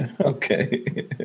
Okay